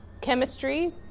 chemistry